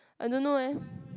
I don't know eh